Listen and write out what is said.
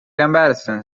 comparison